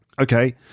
okay